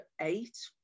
eight